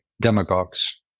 demagogues